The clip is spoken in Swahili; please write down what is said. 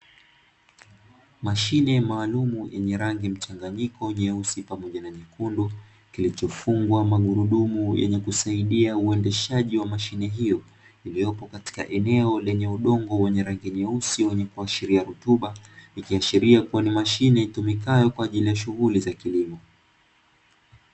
Mashine maalumu yenye rangi mchanganyiko, nyeusi pamoja na nyekundu, kilichofungwa magurudumu yenye kusaidia uendeshaji wa mashine hiyo, iliyopo katika eneo lenye udongo wenye rangi nyeusi wenye kuashiria rutuba, ikiashiria kuwa ni mashine itumikayo kwa ajili ya shughuli za kilimo.